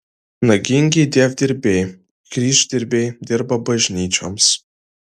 nagingi dievdirbiai kryždirbiai dirba bažnyčioms